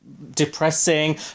depressing